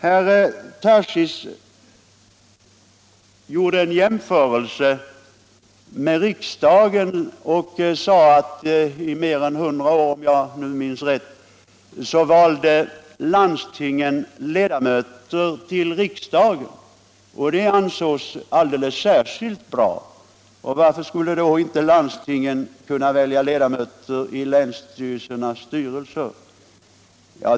Herr Tarschys gjorde en jämförelse med riksdagen och sade, om jag nu minns rätt, att i mer än hundra år valde landstingen ledamöter till riksdagen. Det ansågs alldeles särskilt bra, och varför skulle då inte landstingen kunna välja ledamöter till länsstyrelsernas styrelser?